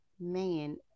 man